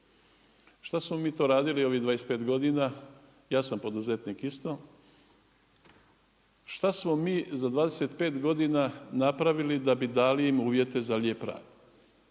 Šta smo mi to radili ovih 25 godina, ja sam poduzetnik isto, šta smo mi za 25 godina napravili da bi dali im uvjete za lijep rad?